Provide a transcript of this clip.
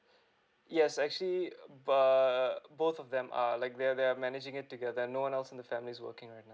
yes actually err both of them are like they are they are managing it together and no one else in the family is working right